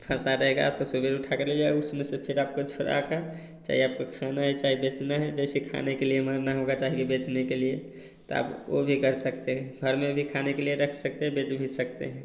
फँसा रहेगा तो सवेरे उठाकर ले आए उसमें से फ़िर आपको छोरा का चाहिए आपको खाना है चाहे बेचना है जैसे खाने के लिए मारना होगा चाहे कि बेचने के लिए तब ओ भी कर सकते हैं घर में भी खाने के लिए रख सकते हैं बेच भी सकते हैं